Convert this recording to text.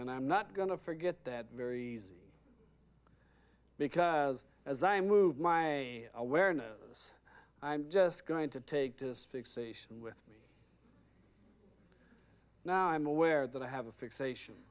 and i'm not going to forget that very easy because as i move my awareness i'm just going to take this fixation with now i'm aware that i have a fixation